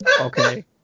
Okay